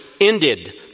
ended